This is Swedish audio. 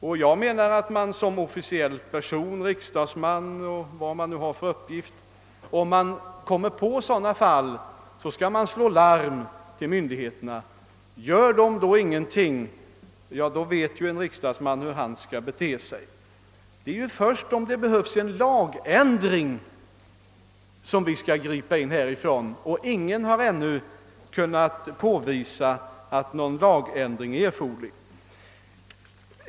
Om man som officiell person — riksdagsman eller vad man har för uppgift — kommer på misstänkta fall, skall man slå larm till myndigheterna. Det är först om det behövs en lagändring som vi skall gripa in härifrån, och ingen har ännu kunnat påvisa att någon sådan är erforderlig.